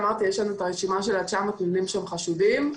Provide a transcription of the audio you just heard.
רשימה של 900 מבנים חשודים,